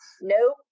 nope